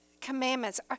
commandments